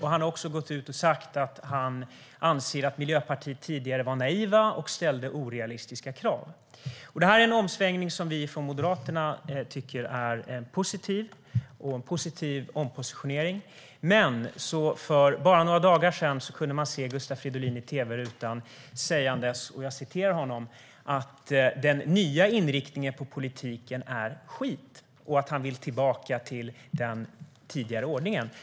Han har också gått ut och sagt att han anser att man i Miljöpartiet tidigare var naiv och ställde orealistiska krav. Det här är en omsvängning som vi från Moderaterna tycker är en positiv ompositionering. Men för bara några dagar sedan kunde man se Gustav Fridolin i tv-rutan där han sa: Den nya inriktningen på politiken är skit och att han vill tillbaka till den tidigare ordningen.